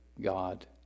God